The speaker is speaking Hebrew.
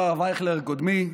אמר הרב אייכלר, קודמי: